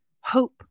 hope